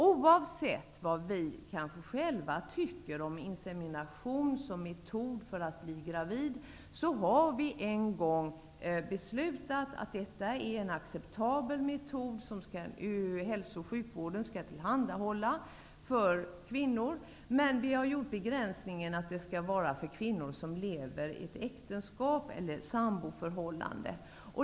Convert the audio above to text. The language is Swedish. Oavsett vad vi själva tycker om insemination som metod för att bli gravid, har vi en gång beslutat att detta är en acceptabel metod som hälso och sjukvården skall tillhandahålla för kvinnor. Men vi har gjort begränsningen att det skall vara fråga om kvinnor som lever i ett äktenskap eller i ett samboförhållande.